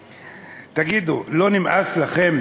תגידו, לא נמאס לכם